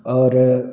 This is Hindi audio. और